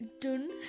Done